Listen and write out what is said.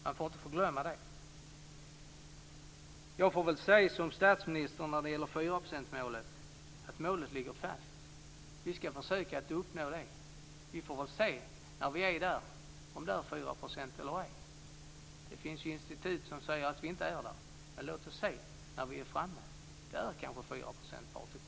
När det gäller fyraprocentsmålet får jag väl säga som statsministern, att målet ligger fast. Vi skall försöka att uppnå det. Vi får väl se när vi är där om arbetslösheten är 4 % eller ej. Det finns ju institut som säger att vi inte kommer att klara det. Men låt oss se när vi är framme. Då kanske vi har klarat målet